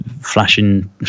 flashing